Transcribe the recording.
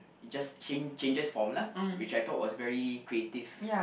it just change changes form lah which I thought was very creative